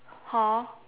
hor